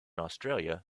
australia